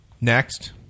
Next